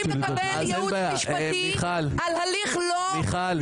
לקבל ייעוץ משפטי על הליך לא --- מיכל,